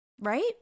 Right